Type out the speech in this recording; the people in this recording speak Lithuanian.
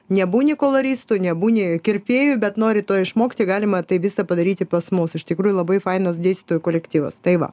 nebūni koloristu nebūni kirpėju bet nori to išmokti galima tai visą padaryti pas mus iš tikrųjų labai fainas dėstytojų kolektyvas tai va